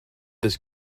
this